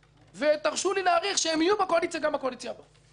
ותרשו לי להעריך שהם יהיו בקואליציה גם בקואליציה הבאה.